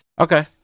Okay